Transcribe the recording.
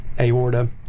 aorta